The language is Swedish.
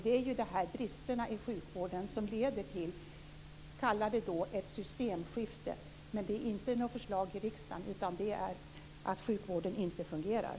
Det är de här bristerna i sjukvården som leder till ett systemskifte. Vi kan kalla det för det, men det är inte något förslag i riksdagen, utan det beror på att sjukvården inte fungerar.